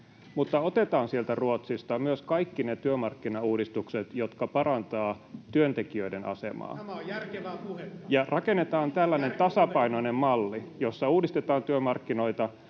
mutta otetaan sieltä Ruotsista myös kaikki ne työmarkkinauudistukset, jotka parantavat työntekijöiden asemaa, [Antti Kurvinen: Tämä on järkevää puhetta!] ja rakennetaan tällainen tasapainoinen malli, jossa uudistetaan työmarkkinoita